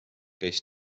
käis